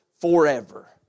forever